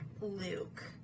Luke